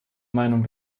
meinung